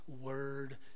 word